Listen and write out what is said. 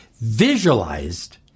visualized